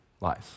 lies